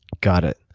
got it.